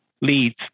leads